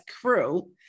crew